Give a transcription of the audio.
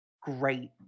great